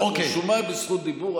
את רשומה בזכות דיבור,